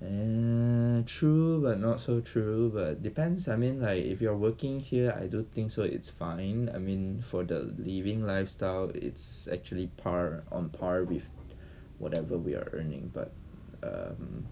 um true but not so true but depends I mean like if you are working here I don't think so it's fine I mean for the living lifestyle it's actually par on par with whatever we are earning but um